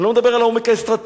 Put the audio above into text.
אני לא מדבר על העומק האסטרטגי,